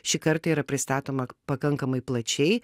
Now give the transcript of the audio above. šįkart yra pristatoma pakankamai plačiai